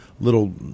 little